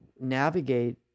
navigate